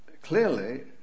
clearly